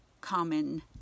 common